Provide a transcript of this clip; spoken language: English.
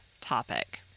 topic